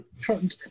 Trump